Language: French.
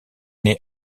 née